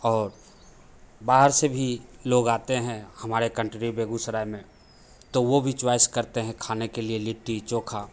और बाहर से भी लोग आते हैं हमारे कंट्री बेगूसराय में तो वे भी चॉइस करते हैं खाने के लिए लिट्टी चोखा